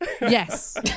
Yes